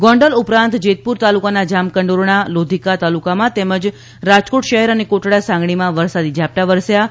ગોંડલ ઉપરાંત જેતપુર તાલુકામાં જામકંડોરણા લોધિકા તાલુકામાં તેમજ રાજકોટ શહેર અને કોટડા સાંગાણીમાં વરસાદી ઝાપટા વરસ્યા હતા